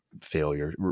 failure